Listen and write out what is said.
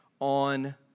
on